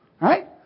right